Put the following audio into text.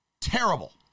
Terrible